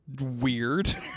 weird